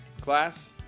Class